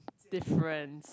different